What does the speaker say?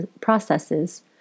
processes